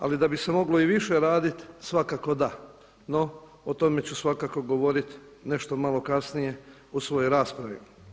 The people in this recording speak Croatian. Ali da bi se moglo i više raditi, svakako da, no o tome ću svakako govoriti nešto malo kasnije u svojoj raspravi.